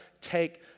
take